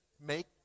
make